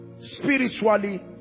spiritually